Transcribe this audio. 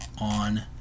on